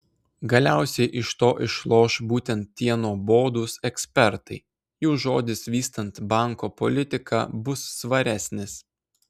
galiausiai iš to išloš būtent tie nuobodūs ekspertai jų žodis vystant banko politiką bus svaresnis